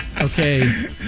Okay